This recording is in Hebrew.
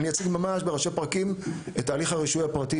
אני אציג ממש בראשי פרקים את ההליך הרישוי הפרטי,